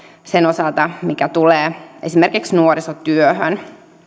sen osalta mikä tulee esimerkiksi nuorisotyöhön